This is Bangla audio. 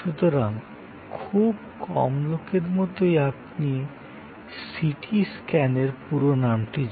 সুতরাং খুব কম লোকের মতোই আপনি সিটি স্ক্যানের পুরো নামটি জানেন